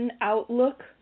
outlook